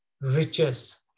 riches